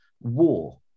war